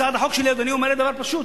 הצעת החוק שלי, אדוני, אומרת דבר פשוט.